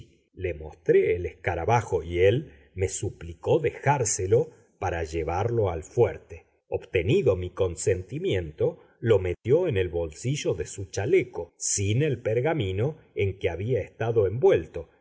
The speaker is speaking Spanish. le mostré el escarabajo y él me suplicó dejárselo para llevarlo al fuerte obtenido mi consentimiento lo metió en el bolsillo de su chaleco sin el pergamino en que había estado envuelto